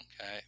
Okay